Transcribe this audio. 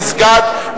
ובין שזה במסגד,